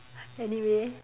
any way